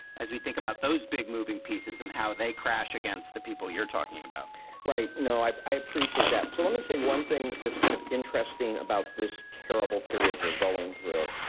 as we think about those big moving pieces and how they crash against the people you're talking about right? no, i i appreciate that. so let me say one thing that's kind of interesting about this terrible period we're going through.